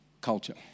culture